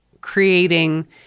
creating